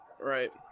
Right